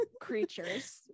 creatures